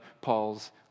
Paul's